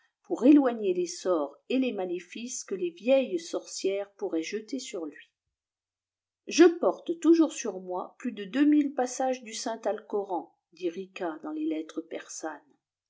çoijr éloigner les sorts et les maléfices que de vieilles sorcières pourrai jeter sur lui je porte toujours sur moi plus de deux mille passages saint alcoran dit rica dans les lettres persanes